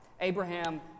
Abraham